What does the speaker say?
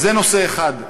אז זה נושא אחד,